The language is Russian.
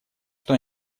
что